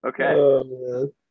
okay